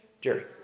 Jerry